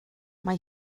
mae